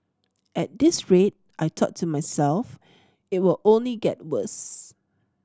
at this rate I thought to myself it will only get worse